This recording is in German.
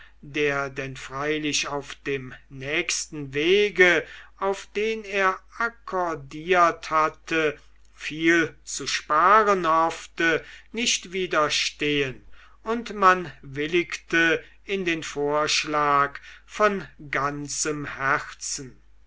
der denn freilich auf dem nächsten wege auf den er akkordiert hatte viel zu sparen hoffte nicht widerstehen und man willigte in den vorschlag von ganzem herzen